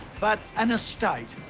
but an estate,